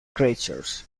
creatures